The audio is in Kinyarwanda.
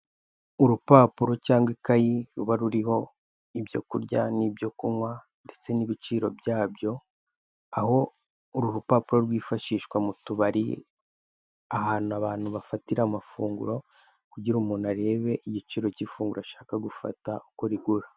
Urupapuro cyangwa ikayi, ruba ruriho ibyo kurya n'ibyo kunywa ndetse n'ibiciro byabyo, aho uru rupapuro rwifashishwa mu tubari ahantu abantu bafatira amafunguro, kugira umuntu arebe igiciro cy'ifunguro ashaka gufata uko rigura,